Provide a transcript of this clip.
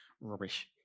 rubbish